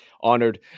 honored